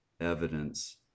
evidence